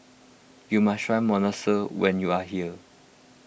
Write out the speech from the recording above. you must try Monsunabe when you are here